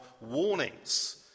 warnings